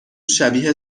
شبیه